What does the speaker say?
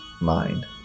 mind